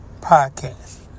Podcast